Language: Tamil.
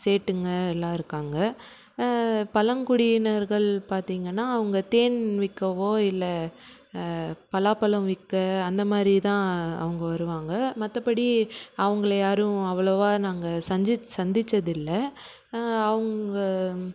சேட்டுங்க எல்லாம் இருக்காங்க பழங்குடியினர்கள் பார்த்தீங்கன்னா அவங்க தேன் விற்கவோ இல்லை பலாப்பழம் விற்க அந்த மாரி தான் அவங்க வருவாங்க மற்றபடி அவங்கள யாரும் அவ்ளோவாக நாங்கள் சஞ்சி சந்திச்சது இல்லை அவுங்க